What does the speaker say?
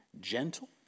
gentle